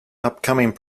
upcoming